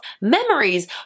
memories